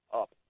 up